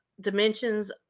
dimensions